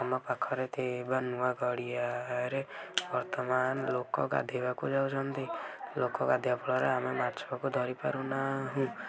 ଆମ ପାଖରେ ଥିବା ନୂଆ ଗଡ଼ିଆରେ ବର୍ତ୍ତମାନ ଲୋକ ଗାଧୋଇବାକୁ ଯାଉଛନ୍ତି ଲୋକ ଗାଧୋଇବା ଫଳରେ ଆମେ ମାଛକୁ ଧରି ପାରୁନାହୁଁ